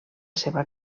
seva